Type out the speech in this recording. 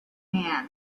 man